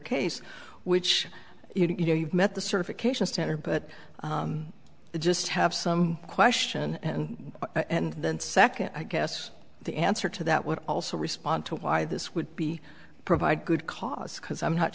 case which you know you've met the certification standard but just have some question and then second i guess the answer to that would also respond to why this would be provide good cause because i'm not